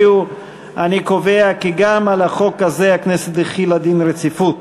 הממשלה על רצונה להחיל דין רציפות